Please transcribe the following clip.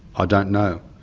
i don't know.